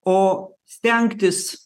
o stengtis